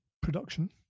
production